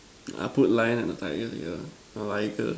I put lion and a tiger together liger